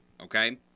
okay